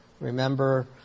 Remember